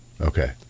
Okay